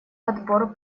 отбор